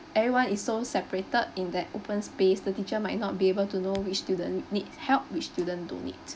everyone is so separated in the open space the teacher might not be able to know which student nee~ needs help which student don't need